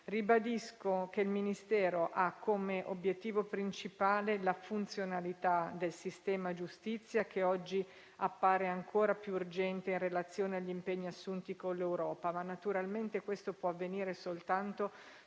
Ribadisco che il Ministero ha come obiettivo principale la funzionalità del sistema giustizia, che oggi appare ancora più urgente in relazione agli impegni assunti con l'Europa. Naturalmente ciò può avvenire soltanto